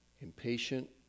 impatient